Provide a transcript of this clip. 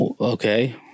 okay